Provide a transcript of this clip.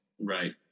Right